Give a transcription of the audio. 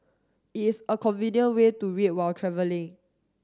it is a convenient way to read while travelling